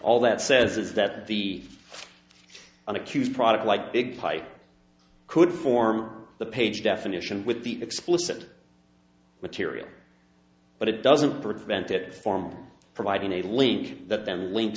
all that says is that the an accused product like big pipe could form the page definition with the explicit material but it doesn't prevent it form providing a link that then link